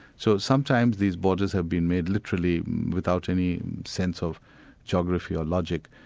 so sometimes these borders have been made literally without any sense of geography or logic.